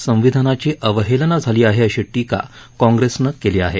संविधानाची अवहेलना झाली आहे अशी टीका काँग्रेसनं केली आहे